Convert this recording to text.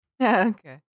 Okay